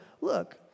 look